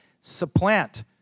supplant